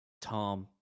Tom